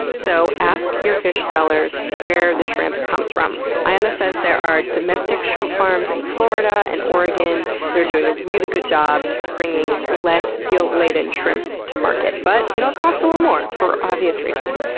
so ask your fish sellers where the shrimp comes from. ayana says there are domestic shrimp farms in florida and oregon that are doing a really good job bringing less guilt laden shrimp to market, but it'll cost a little more for obvious reasons.